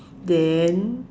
then